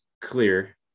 Clear